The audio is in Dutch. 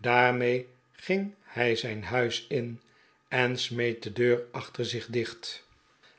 daarmee ging hij zijn huis in en smeet de deur achter zich dicht